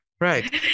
right